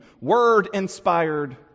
Word-inspired